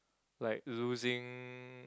like losing